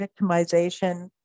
victimization